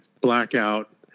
blackout